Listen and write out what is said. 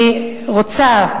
אני רוצה,